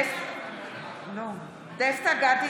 (קוראת בשם חבר הכנסת) דסטה גדי